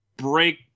break